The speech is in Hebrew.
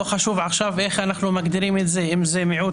לא חשוב עכשיו איך אנחנו מגדירים את זה אם זה מיעוט